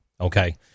okay